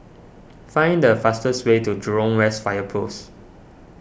find the fastest way to Jurong West Fire Post